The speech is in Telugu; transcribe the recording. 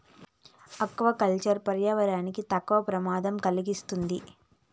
ఆక్వా కల్చర్ పర్యావరణానికి తక్కువ ప్రమాదాన్ని కలిగిస్తాది